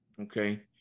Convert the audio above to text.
Okay